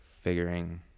figuring